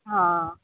ହଁ